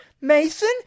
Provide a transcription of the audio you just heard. Mason